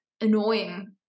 annoying